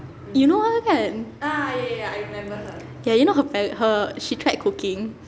you know her kan ya you know her she tried cooking